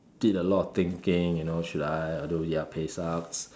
did a lot of thinking you know should I although ya pay sucks